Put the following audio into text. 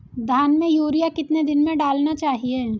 धान में यूरिया कितने दिन में डालना चाहिए?